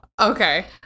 Okay